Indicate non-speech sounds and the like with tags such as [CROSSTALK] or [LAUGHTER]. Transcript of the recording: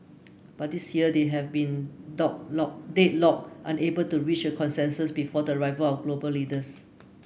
but this year they have been [UNINTELLIGIBLE] deadlocked unable to reach a consensus before the arrival of global leaders